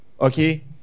Okay